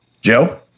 Joe